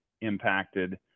impacted